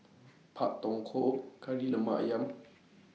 Pak Thong Ko Kari Lemak Ayam